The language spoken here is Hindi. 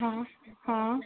हाँ हाँ